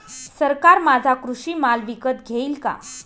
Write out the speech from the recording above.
सरकार माझा कृषी माल विकत घेईल का?